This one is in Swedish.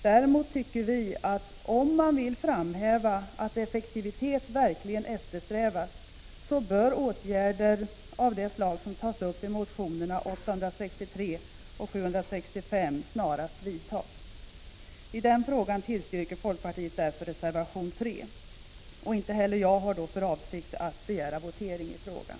Däremot tycker vi att om man vill framhäva att effektivitet verkligen eftersträvas, bör åtgärder av det slag som tas upp i motionerna 863 och 768 snarast vidtas. I den frågan tillstyrker folkpartiet därför reservation 3. Inte heller jag har för avsikt att begära votering i frågan.